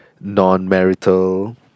non-marital